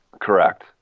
Correct